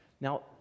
Now